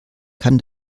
kann